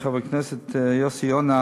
חבר הכנסת יוסי יונה,